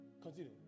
Continue